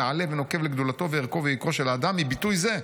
נעלה ונוקב לגדולתו וערכו ויקרו של האדם מביטוי זה.